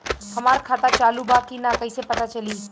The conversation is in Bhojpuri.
हमार खाता चालू बा कि ना कैसे पता चली?